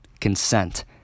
consent